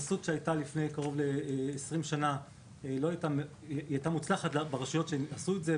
ההתנסות שהייתה לפני קרוב ל-20 שנים לא הייתה מוצלחת ברשויות שעשו זאת,